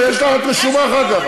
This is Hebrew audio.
את רשומה אחר כך.